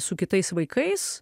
su kitais vaikais